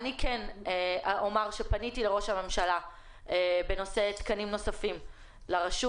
אני כן אומר שפניתי לראש הממשלה בנושא תקנים נוספים לרשות.